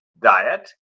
diet